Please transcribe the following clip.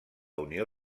unió